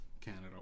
Canada